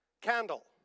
candle